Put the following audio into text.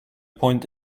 point